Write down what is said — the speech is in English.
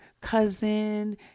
cousin